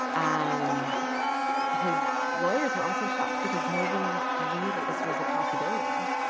and his lawyers were also shocked because nobody knew that this was a possibility.